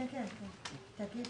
אנחנו נקיים